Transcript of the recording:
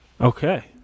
Okay